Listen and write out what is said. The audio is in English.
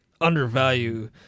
undervalue